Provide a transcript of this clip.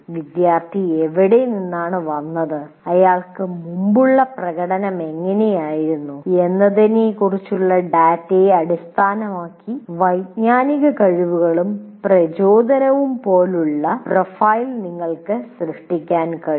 വിദ്യാർത്ഥി എവിടെ നിന്നാണ് വന്നത് അയാൾക്ക് മുമ്പ് എങ്ങനെയുള്ള പ്രകടനം ഉണ്ടായിരുന്നു എന്നതിനെക്കുറിച്ചുള്ള ഡാറ്റയെ അടിസ്ഥാനമാക്കി വൈജ്ഞാനിക കഴിവുകളും പ്രചോദനവും പോലുള്ള ഒരു പ്രൊഫൈൽ നിങ്ങൾക്ക് സൃഷ്ടിക്കാൻ കഴിയും